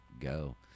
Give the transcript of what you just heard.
go